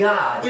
God